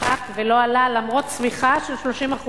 ולא עלה, למרות צמיחה של 30%,